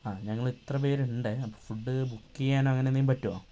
ആ ഞങ്ങളിത്ര പേരുണ്ട് അപ്പോൾ ഫുഡ് ബുക്ക് ചെയ്യാനോ അങ്ങനെയെന്തെങ്കിലും പറ്റുമോ